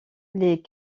les